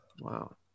Wow